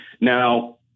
now